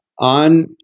on